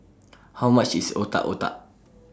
How much IS Otak Otak